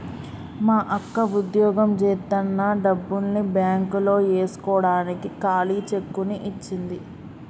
మా అక్క వుద్యోగం జేత్తన్న డబ్బుల్ని బ్యేంకులో యేస్కోడానికి ఖాళీ చెక్కుని ఇచ్చింది